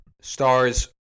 stars